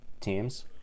teams